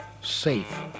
safe